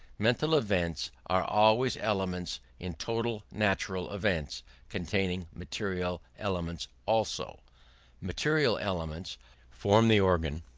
mental events are always elements in total natural events containing material elements also material elements form the organ,